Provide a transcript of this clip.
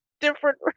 different